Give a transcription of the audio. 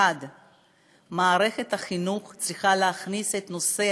1. מערכת החינוך צריכה להכניס את נושא